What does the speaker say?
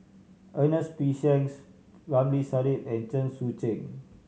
Ernest P Shanks Ramli Sarip and Chen Sucheng